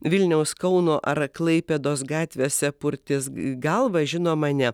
vilniaus kauno ar klaipėdos gatvėse purtės galva žinoma ne